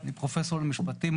אני פרופסור למשפטים.